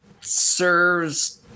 serves